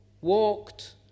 walked